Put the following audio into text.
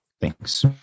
Thanks